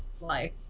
life